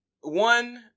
One